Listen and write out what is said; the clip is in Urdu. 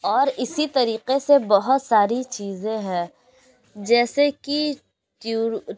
اور اسی طریقے سے بہت ساری چیزیں ہیں جیسے کہ ٹیور